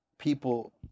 People